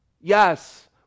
Yes